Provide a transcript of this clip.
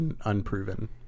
unproven